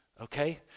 okay